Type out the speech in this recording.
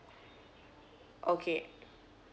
okay